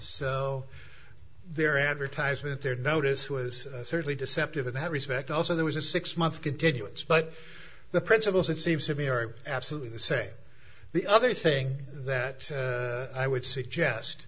so their advertisement their notice was certainly deceptive in that respect also there was a six month continuance but the principles it seems to me are absolutely say the other thing that i would suggest